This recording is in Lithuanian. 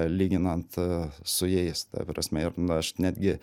lyginant su jais ta prasme ir nu aš netgi